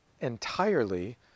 entirely